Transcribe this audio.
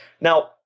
Now